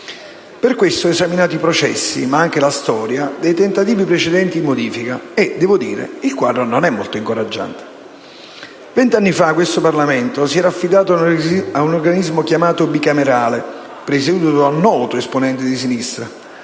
Per questo ho esaminato i processi, ma anche la storia dei tentativi precedenti di modifica, e devo dire che il quadro non è molto incoraggiante. Venti anni fa questo Parlamento si era affidato ad un organismo, chiamato «Bicamerale», presieduto da un noto esponente di sinistra,